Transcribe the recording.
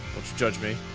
judge me